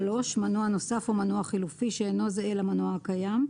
מנוע נוסף או מנוע חלופי שאינו זהה למנוע הקיים,